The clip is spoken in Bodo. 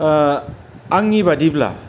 आंनि बादिब्ला